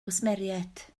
gwsmeriaid